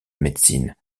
médecine